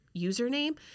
username